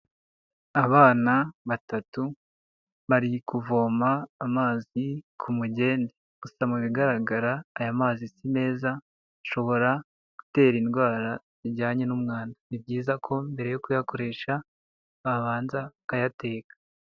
Abana batatu bari kuvoma amazi ku mugende, gusa mu bigaragara aya mazi si meza ashobora gutera indwara zijyanye n'umwanda, ni byiza ko mbere yo kuyakoresha babanza bakayateka.